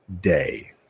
day